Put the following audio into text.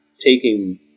taking